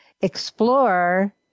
explore